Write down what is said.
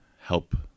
help